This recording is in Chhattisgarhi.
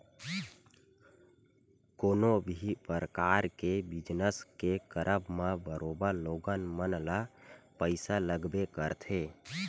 कोनो भी परकार के बिजनस के करब म बरोबर लोगन मन ल पइसा लगबे करथे